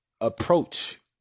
approach